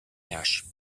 ash